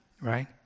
right